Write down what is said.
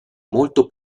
molto